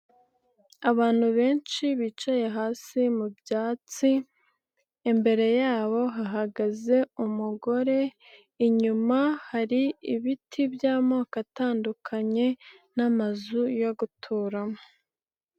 Abantu benshi bicaye hasi mu byatsi, imbere yabo hahagaze umugore, inyuma hari ibiti by'amoko atandukanye n'amazu yo guturamo.